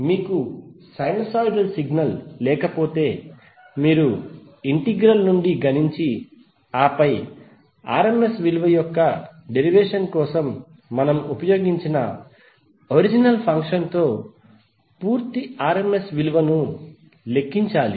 మీకు sinusoid signal లేకపోతే మీరు ఇంటెగ్రల్ నుండి గణించి ఆపై rms విలువ యొక్క డెరివేషన్ కోసం మనము ఉపయోగించిన ఒరిజినల్ ఫంక్షన్ సహాయంతో పూర్తి rms విలువను లెక్కించాలి